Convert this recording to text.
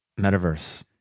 Metaverse